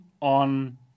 on